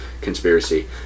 conspiracy